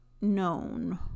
known